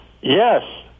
Yes